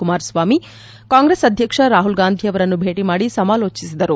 ಕುಮಾರಸ್ವಾಮಿ ಕಾಂಗ್ರೆಸ್ ಅಧ್ಯಕ್ಷ ರಾಹುಲ್ ಗಾಂಧಿ ಅವರನ್ನು ಭೇಟಿ ಮಾಡಿ ಸಮಾಲೋಚನೆ ನಡೆಸಿದರು